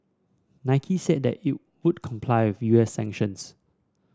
Nike said that it would comply with U S sanctions